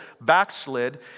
backslid